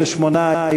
בעד, 28,